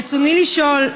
רצוני לשאול: